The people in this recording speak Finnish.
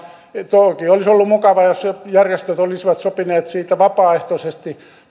toki olisi ollut mukavaa jos jos järjestöt olisivat sopineet siitä vapaaehtoisesti